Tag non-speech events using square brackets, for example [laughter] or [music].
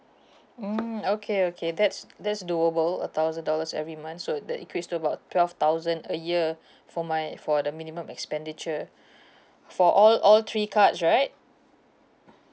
mm okay okay that's that's doable a thousand dollars every month so the increased about twelve thousand a year for my for the minimum expenditure [breath] for all all three cards right